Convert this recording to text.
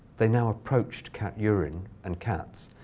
they now approached cat urine and cats.